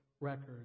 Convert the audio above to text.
records